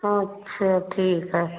अच्छा ठीक है